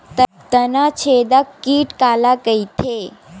तनाछेदक कीट काला कइथे?